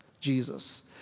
Jesus